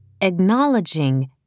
Acknowledging